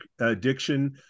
addiction